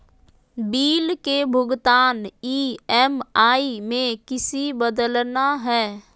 Bill के भुगतान EMI में किसी बदलना है?